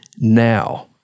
now